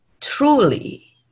truly